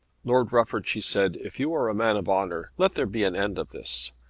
lord rufford, she said, if you are a man of honour let there be an end of this.